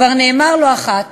כבר נאמר לא אחת